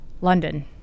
London